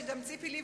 שגם ציפי לבני,